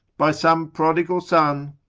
by some prodigal son,